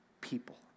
people